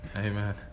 amen